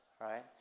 right